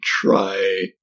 try